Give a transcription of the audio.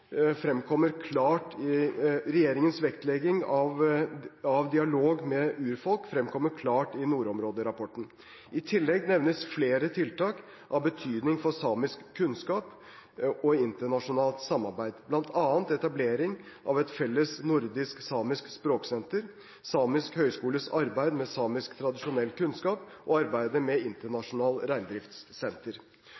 fremkommer klart i nordområderapporten. I tillegg nevnes flere tiltak av betydning for samisk kunnskap og internasjonalt samarbeid, bl.a. etablering av et felles nordisk samisk språksenter, Samisk høgskoles arbeid med samisk tradisjonell kunnskap og arbeidet